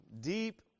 deep